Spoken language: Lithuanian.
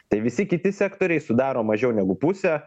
tai visi kiti sektoriai sudaro mažiau negu pusę